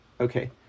Okay